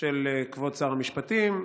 של כבוד שר המשפטים,